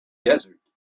desert